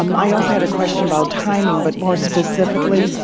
um i also had a question about timing, but more specifically,